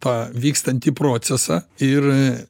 tą vykstantį procesą ir